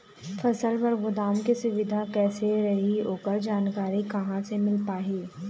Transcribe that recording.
फसल बर गोदाम के सुविधा कैसे रही ओकर जानकारी कहा से मिल पाही?